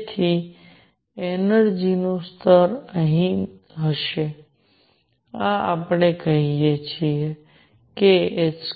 તેથી એનર્જિ નું સ્તર અહીં હશે આ આપણે કહીએ કે